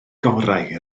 gorau